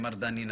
מר דני נווה.